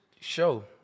show